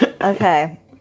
Okay